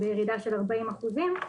של ירידה של 40 אחוזים,